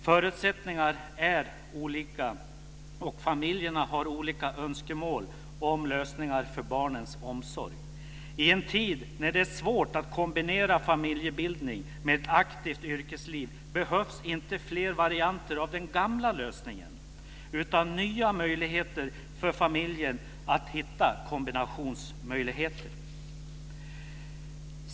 Förutsättningarna är olika och familjerna har olika önskemål om lösningar för barnens omsorg. I en tid när det är svårt att kombinera familjebildning med ett aktivt yrkesliv behövs inte fler varianter av den gamla lösningen, utan nya möjligheter för familjen att hitta kombinationsmöjligheter.